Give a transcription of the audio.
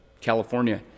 california